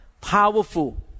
powerful